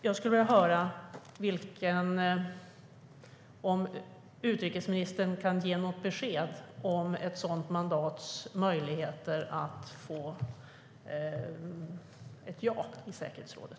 Jag skulle vilja höra om utrikesministern kan ge något besked om möjligheten att ett sådant mandat får ja i säkerhetsrådet.